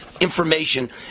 information